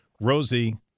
Rosie